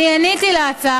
אני עניתי על ההצעה.